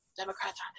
Democrats